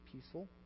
peaceful